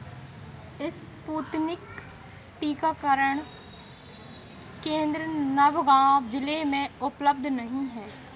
Sputnik टीकाकरण केंद्र नव गाँव जिले में उपलब्ध नहीं हैं